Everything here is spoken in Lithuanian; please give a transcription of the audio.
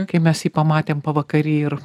kai mes jį pamatėm pavakary ir